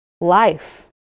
life